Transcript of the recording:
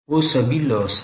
वो सभी लॉस है